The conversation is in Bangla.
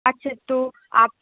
আচ্ছা তো